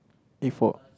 if for